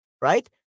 right